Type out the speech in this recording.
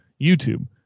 YouTube